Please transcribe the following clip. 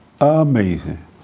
Amazing